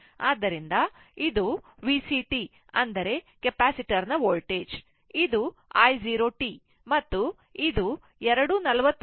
ಆದ್ದರಿಂದ ಇದು VCt ಅಂದರೆ ಕೆಪಾಸಿಟರ್ ನ ವೋಲ್ಟೇಜ್ ಇದು i 0 t ಮತ್ತು ಇದು 2 40 KΩ ನ ವೋಲ್ಟೇಜ್ V 0 t ಆಗಿದೆ